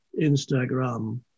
Instagram